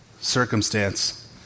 circumstance